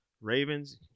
Ravens